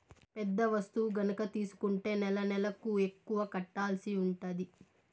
పెద్ద వస్తువు గనక తీసుకుంటే నెలనెలకు ఎక్కువ కట్టాల్సి ఉంటది